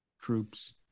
troops